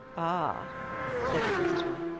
ah said the visitor.